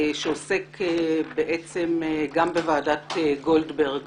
שעוסק גם בוועדת גולדברג